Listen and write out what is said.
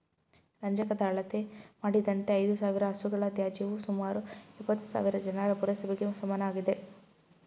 ರಂಜಕದ ಅಳತೆ ಮಾಡಿದಂತೆ ಐದುಸಾವಿರ ಹಸುಗಳ ತ್ಯಾಜ್ಯವು ಸುಮಾರು ಎಪ್ಪತ್ತುಸಾವಿರ ಜನರ ಪುರಸಭೆಗೆ ಸಮನಾಗಿದೆ